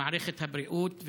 מערכת הבריאות,